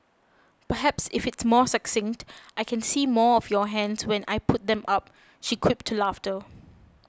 perhaps if it's more succinct I can see more of your hands when I put them up she quipped to laughter